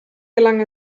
gelang